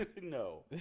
No